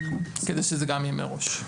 כדי שזה גם יהיה מראש.